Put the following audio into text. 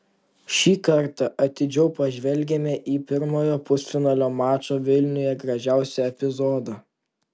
šį kartą atidžiau pažvelgėme į pirmojo pusfinalio mačo vilniuje gražiausią epizodą